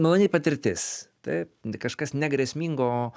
maloni patirtis taip kažkas ne grėsmingo